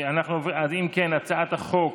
אז אם כן, הצעת חוק